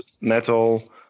metal